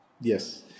Yes